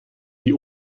die